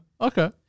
Okay